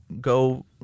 Go